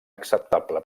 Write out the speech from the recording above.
acceptable